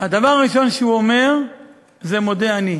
הדבר הראשון שהוא אומר זה "מודה אני".